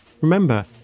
Remember